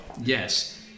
Yes